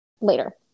Later